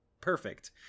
Perfect